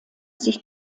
sich